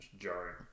jarring